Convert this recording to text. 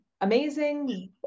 amazing